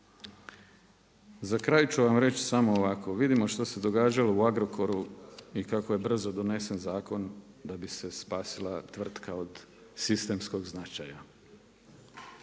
Za kraj ću vam reći samo ovako, vidimo što se događalo u Agrokoru i kako je brzo donesen zakon da bi se spasila tvrtka od sistemskog značaja.